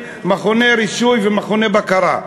מכוני רישוי ומכוני בקרה.